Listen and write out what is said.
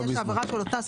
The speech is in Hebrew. בהגדרה "ועדת הבריאות",